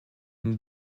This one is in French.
une